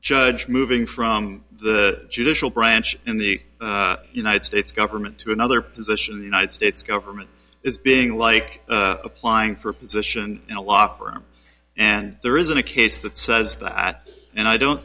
judge moving from the judicial branch in the united states government to another position the united states government is being like applying for a position in a law firm and there isn't a case that says that and i don't